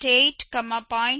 8 0